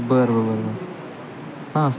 बरं बरं बरं बरं हां